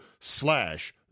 slash